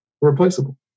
Replaceable